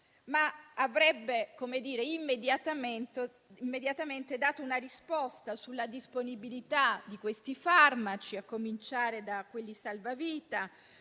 dato immediatamente una risposta sulla disponibilità di questi farmaci, a cominciare da quelli salvavita,